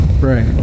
Right